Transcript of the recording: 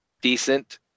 decent